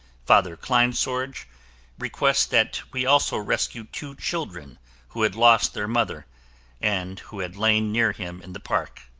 father kleinsorge requests that we also rescue two children who had lost their mother and who had lain near him in the park.